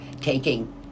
taking